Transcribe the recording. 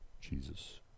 Jesus